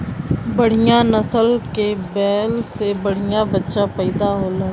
बढ़िया नसल के बैल से बढ़िया बच्चा पइदा होला